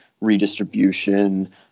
redistribution